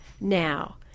now